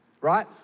right